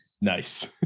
Nice